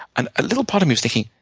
and a little part of me was thinking,